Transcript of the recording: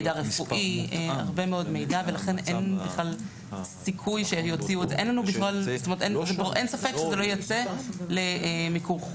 מידע רפואי ולכן אין ספק שזה לא יצא למיקור חוץ.